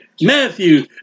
Matthew